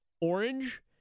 Orange